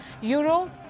Euro